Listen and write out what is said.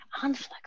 unflexible